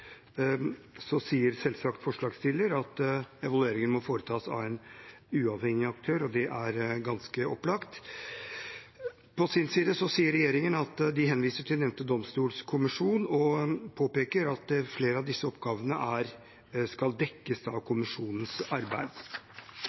det er ganske opplagt. På sin side sier regjeringen at de henviser til nevnte domstolkommisjon og påpeker at flere av disse oppgavene skal dekkes av kommisjonens arbeid.